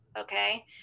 okay